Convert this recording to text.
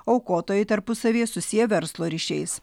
aukotojai tarpusavyje susiję verslo ryšiais